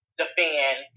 defend